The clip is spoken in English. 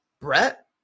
Brett